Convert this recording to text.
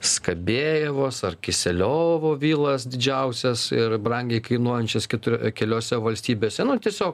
skabėjevos ar kiseliovo vilas didžiausias ir brangiai kainuojančias kitur keliose valstybėse nu tiesiog